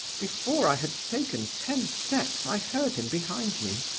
before i had taken ten steps i heard him behind me.